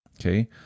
okay